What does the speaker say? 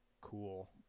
cool